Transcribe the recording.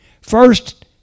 first